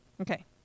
Okay